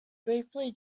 briefly